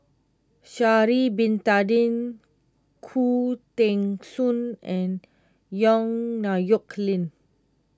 Sha'ari Bin Tadin Khoo Teng Soon and Yong Nyuk Lin